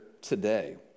today